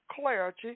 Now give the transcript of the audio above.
clarity